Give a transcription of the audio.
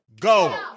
Go